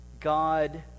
God